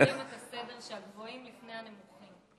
שמסדרים את הסדר שהגבוהים לפני הנמוכים.